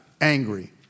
angry